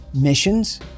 missions